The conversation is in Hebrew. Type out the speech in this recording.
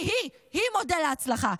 היא, היא מודל להצלחה.